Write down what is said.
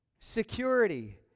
Security